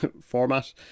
format